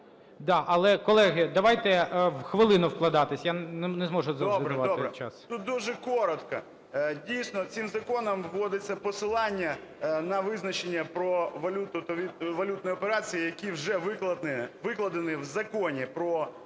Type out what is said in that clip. колеги, давайте в хвилину вкладатися, я не зможу… час. 13:30:32 БОНДАРЄВ К.А. Добре, добре. Тут дуже коротко. Дійсно, цим законом вводиться посилання на визначення про валюту та валютні операції, які вже викладені в Законі "Про валюту